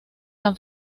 san